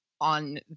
on